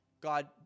God